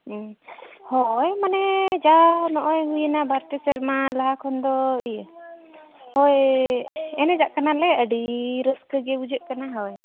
ᱦᱚᱭ ᱢᱟᱱᱮ ᱡᱟ ᱱᱚᱜᱼᱚᱭ ᱦᱩᱭ ᱮᱱᱟ ᱵᱟᱨ ᱯᱮ ᱥᱮᱨᱢᱟ ᱞᱟᱦᱟ ᱠᱷᱚᱱ ᱫᱚ ᱤᱭᱟᱹ ᱦᱚᱭ ᱮᱱᱮᱡᱟᱜ ᱠᱟᱱᱟᱞᱮ ᱟᱰᱤ ᱨᱟᱹᱥᱠᱟᱹ ᱜᱮ ᱵᱩᱡᱷᱟᱹᱜ ᱠᱟᱱᱟ ᱦᱚᱭ